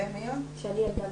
אני מתכבד